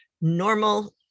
normal